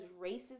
racism